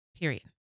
period